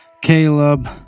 Caleb